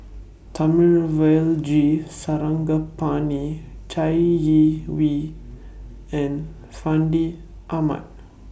G Sarangapani Chai Yee Wei and Fandi Ahmad